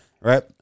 right